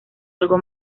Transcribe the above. algo